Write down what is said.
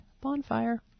Bonfire